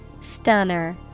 Stunner